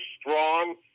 strong